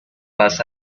paz